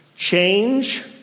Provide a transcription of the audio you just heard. Change